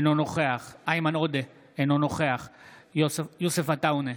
אינו נוכח איימן עודה, אינו נוכח יוסף עטאונה,